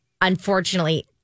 Unfortunately